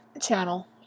channel